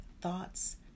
thoughts